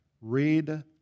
Read